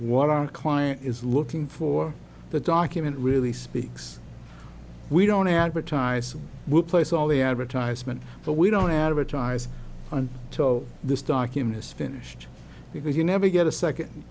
our client is looking for the document really speaks we don't advertise we place all the advertisement but we don't advertise on top of this document is finished because you never get a second